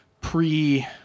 pre